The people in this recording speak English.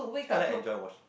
actually I like enjoy washing